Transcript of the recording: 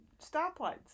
stoplights